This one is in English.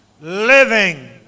Living